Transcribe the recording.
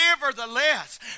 nevertheless